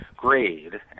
grade